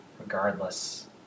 regardless